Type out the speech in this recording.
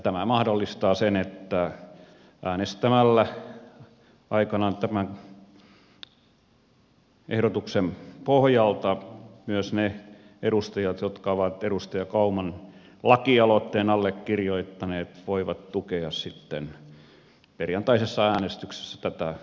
tämä mahdollistaa sen että äänestämällä aikanaan tämän ehdotuksen pohjalta myös ne edustajat jotka ovat edustaja kauman lakialoitteen allekirjoittaneet voivat tukea sitten perjantaisessa äänestyksessä tätä ehdotusta